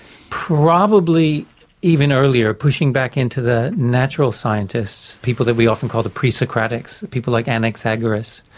probably even earlier, pushing back into the natural scientists, people that we often call the pre-socratics, the people like anaxagoras,